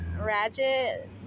ratchet